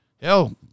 hell